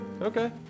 okay